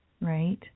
right